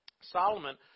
Solomon